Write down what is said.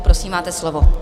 Prosím, máte slovo.